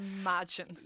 Imagine